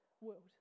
world